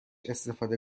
استفاده